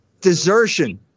desertion